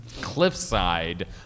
cliffside